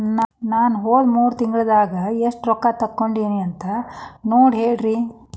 ನಾ ಹೋದ ಮೂರು ತಿಂಗಳದಾಗ ಎಷ್ಟು ರೊಕ್ಕಾ ತಕ್ಕೊಂಡೇನಿ ಅಂತ ಸಲ್ಪ ನೋಡ ಹೇಳ್ರಿ